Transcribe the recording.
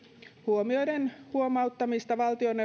huomioiden huomauttamista valtioneuvoston asetuksen säännöksistä